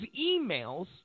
emails